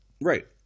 Right